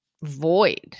void